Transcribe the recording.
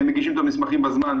והם מגישים את המסמכים בזמן,